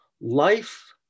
life